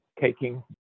taking